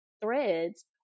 threads